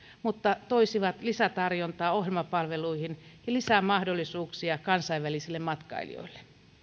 mutta toisivat lisätarjontaa ohjelmapalveluihin ja lisää mahdollisuuksia kansainvälisille matkailijoille